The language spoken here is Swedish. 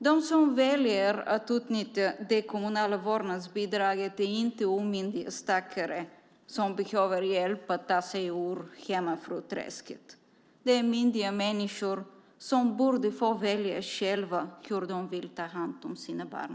De som väljer att utnyttja det kommunala vårdnadsbidraget är inte omyndiga stackare som behöver hjälp med att ta sig ur hemmafruträsket, utan de är myndiga människor som själva borde få välja, borde få säga hur de vill ta hand om sina barn.